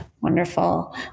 Wonderful